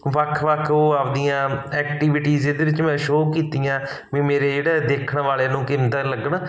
ਵੱਖ ਵੱਖ ਉਹ ਆਪਦੀਆਂ ਐਕਟੀਵਿਟੀਜ਼ ਇਹਦੇ ਵਿੱਚ ਮੈਂ ਸ਼ੋ ਕੀਤੀਆਂ ਵੀ ਮੇਰੇ ਜਿਹੜੇ ਦੇਖਣ ਵਾਲੇ ਨੂੰ ਕੇਂਦਰ ਲੱਗਣ